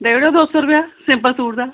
देई ओड़ेओ दौ सिंपल सूट दा